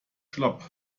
schlapp